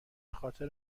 خاطر